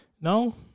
No